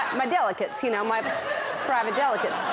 my delicates, you know, my private delicates.